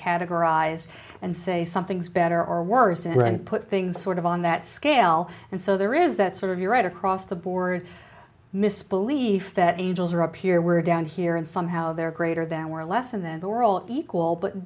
categorize and say some things better or worse and put things sort of on that scale and so there is that sort of you right across the board miss belief that angels are up here we're down here and somehow they're greater than or less and then we're all equal but